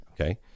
Okay